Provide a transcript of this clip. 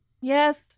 Yes